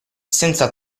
senza